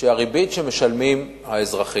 המצב הוא שהריבית שמשלמים האזרחים